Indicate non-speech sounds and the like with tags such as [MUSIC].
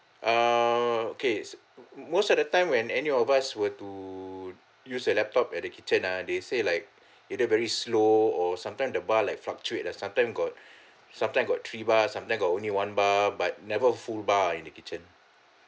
err okay s~ m~ most of the time when any of us were to use the laptop at the kitchen ah they say like [BREATH] either very slow or sometime the bar like fluctuate ah sometime got [BREATH] sometime got three bar sometime got only one bar but never full bar in the kitchen